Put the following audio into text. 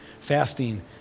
Fasting